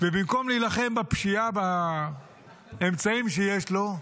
ובמקום להילחם בפשיעה באמצעים שיש לו,